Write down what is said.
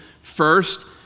first